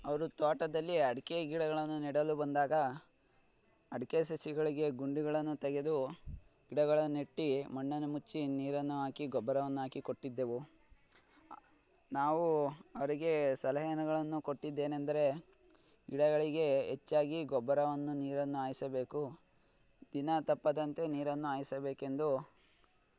ಅವರು ತೋಟದಲ್ಲಿ ಅಡಿಕೆ ಗಿಡಗಳನ್ನು ನೆಡಲು ಬಂದಾಗ ಅಡಿಕೆ ಸಸಿಗಳಿಗೆ ಗುಂಡಿಗಳನ್ನು ತೆಗೆದು ಗಿಡಗಳನ್ನು ನೆಟ್ಟು ಮಣ್ಣನ್ನು ಮುಚ್ಚಿ ನೀರನ್ನು ಹಾಕಿ ಗೊಬ್ಬರವನ್ನಾಕಿ ಕೊಟ್ಟಿದ್ದೆವು ನಾವು ಅವ್ರಿಗೆ ಸಲಹೆಯನುಗಳನ್ನು ಕೊಟ್ಟಿದ್ದೇನೆಂದರೆ ಗಿಡಗಳಿಗೆ ಹೆಚ್ಚಾಗಿ ಗೊಬ್ಬರವನ್ನು ನೀರನ್ನು ಹಾಯಿಸಬೇಕು ದಿನಾ ತಪ್ಪದಂತೆ ನೀರನ್ನು ಹಾಯ್ಸಬೇಕು